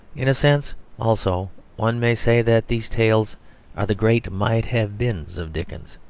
in a sense also one may say that these tales are the great might-have-beens of dickens.